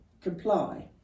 comply